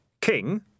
king